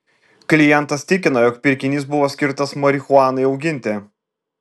klientas tikina jog pirkinys buvo skirtas marihuanai auginti